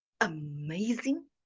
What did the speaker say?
amazing